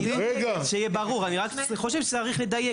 שיהיה ברור, אני רק חושב שצריך לדייק את זה.